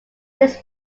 least